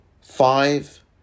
five